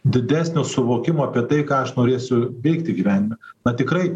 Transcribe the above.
didesnio suvokimo apie tai ką aš norėsiu veikti gyvenime na tikrai